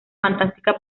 fantástica